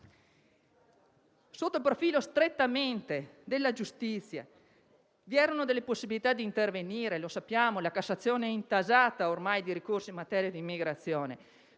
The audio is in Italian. Sotto il profilo strettamente giudiziario vi erano delle possibilità di intervenire. Lo sappiamo. La Cassazione è ormai intasata di ricorsi in materia di immigrazione.